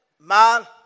man